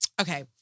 Okay